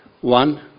One